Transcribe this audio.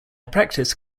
practice